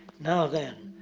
now then,